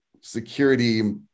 security